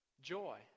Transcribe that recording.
joy